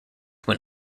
when